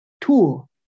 tool